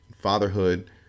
fatherhood